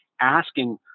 asking